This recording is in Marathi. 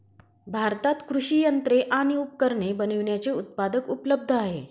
भारतात कृषि यंत्रे आणि उपकरणे बनविण्याचे उत्पादक उपलब्ध आहे